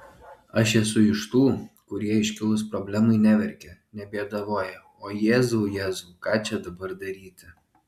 aš esu iš tų kurie iškilus problemai neverkia nebėdavoja o jėzau jėzau ką čia dabar daryti